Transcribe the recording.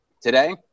today